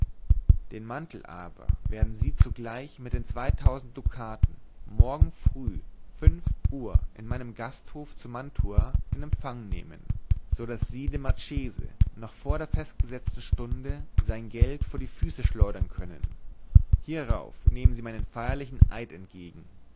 den mantel aber werden sie zugleich mit den zweitausend dukaten morgen früh fünf uhr in meinem gasthof zu mantua in empfang nehmen so daß sie dem marchese noch vor der festgesetzten stunde sein geld vor die füße schleudern können hierauf nehmen sie meinen feierlichen eid entgegen